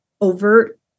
overt